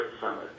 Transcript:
Summit